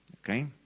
okay